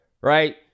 right